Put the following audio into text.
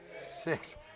Six